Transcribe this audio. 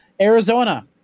Arizona